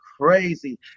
crazy